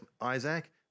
Isaac